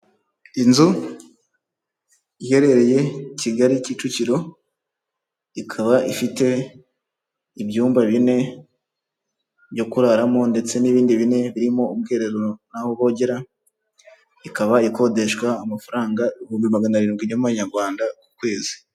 Inzu iherereye Kigali Kicukiro ikaba ifite ibyumba bine byo kuraramo ndetse n'ibindi bine birimo ubwiherero naho bogera, ikaba ikodeshwa amafaranga ibihumbi magana arindwi y'amanyarwanda ku kwezi.